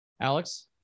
alex